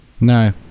no